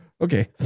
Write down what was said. okay